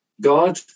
God